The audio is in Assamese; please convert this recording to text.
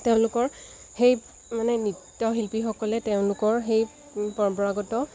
তেওঁলোকৰ সেই মানে নৃত্যশিল্পীসকলে তেওঁলোকৰ সেই পৰম্পৰাগত